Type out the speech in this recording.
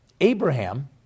Abraham